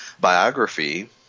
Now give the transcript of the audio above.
biography